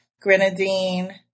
grenadine